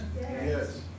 Yes